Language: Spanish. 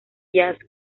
jazz